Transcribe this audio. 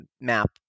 map